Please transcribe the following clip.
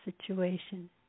situation